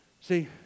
See